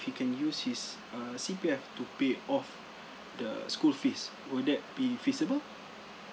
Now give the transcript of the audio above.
he can use his err C_P_F to pay off the school fees will that be feasible